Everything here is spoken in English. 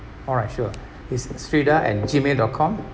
alright sure it's sherida at gmail dot com